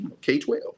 K-12